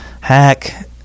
hack